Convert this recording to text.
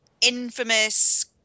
Infamous